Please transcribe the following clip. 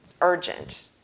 urgent